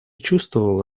чувствовала